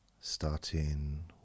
Starting